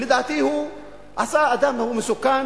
לדעתי הוא אדם מסוכן,